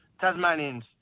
Tasmanians